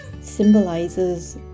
symbolizes